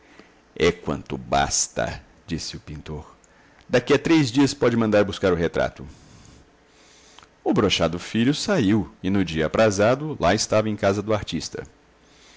é quanto basta disse o pintor daqui a três dias pode mandar buscar o retrato o brochado filho saiu e no dia aprazado lá estava em casa do artista